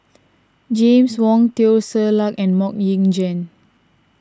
James Wong Teo Ser Luck and Mok Ying Jang